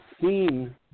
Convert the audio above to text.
seen